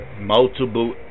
multiple